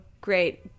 great